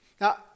Now